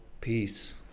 Peace